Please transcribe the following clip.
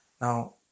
now